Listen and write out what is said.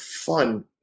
fun